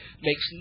makes